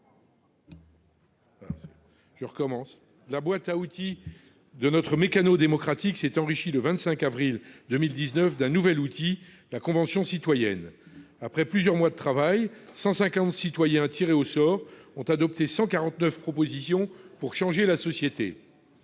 Territoires. La boîte à outils de notre mécano démocratique s'est enrichie, le 25 avril 2019, d'un nouvel outil : la Convention citoyenne. Après plusieurs mois de travail, 150 citoyens tirés au sort ont adopté 149 propositions pour « changer la société